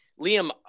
Liam